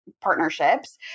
partnerships